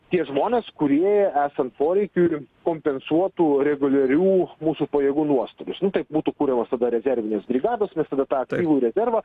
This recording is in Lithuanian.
tie žmonės kurie esant poreikiui kompensuotų reguliarių mūsų pajėgų nuostolius nu taip būtų kuriamos tada rezervinės brigados mes tada tą aktyvų rezervą